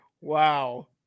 Wow